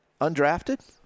Undrafted